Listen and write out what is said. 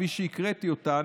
כפי שהקראתי אותה,